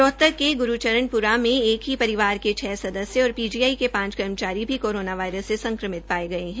रोहतक के ग्रूचरणप्रा में एक ही परिवार के छ सदस्य और पीजीआई के पांच कर्मचारी भी कोरोना वायरस से संक्रमित पाये गये है